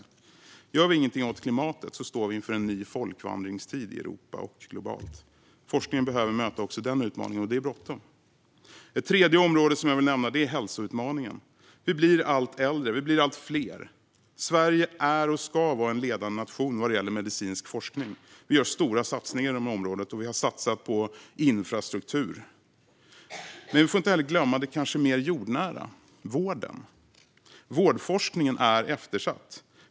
Om vi inte gör någonting åt klimatet står vi inför en ny folkvandringstid i Europa och globalt. Forskningen behöver möta också den utmaningen, och det är bråttom. Ett tredje område som jag vill nämna är hälsoutmaningen. Vi blir allt äldre och allt fler. Sverige är och ska vara en ledande nation vad gäller medicinsk forskning. Vi gör stora satsningar inom området, och vi har satsat på infrastruktur. Men vi får inte glömma det kanske mer jordnära: vården. Vårdforskningen är eftersatt.